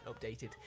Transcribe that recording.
updated